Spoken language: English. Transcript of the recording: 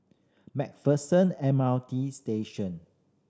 Macpherson M R T Station